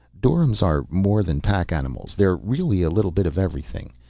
doryms are more than pack animals, they're really a little bit of everything.